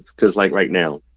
cause, like, right now,